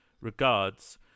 Regards